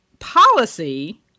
policy